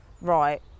right